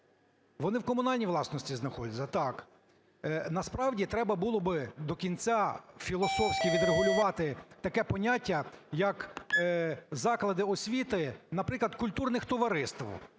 вони у комунальній власності знаходяться? Так! Насправді треба було би до кінця філософські відрегулювати таке поняття, як "заклади освіти", наприклад, культурних товариств.